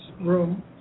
room